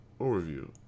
overview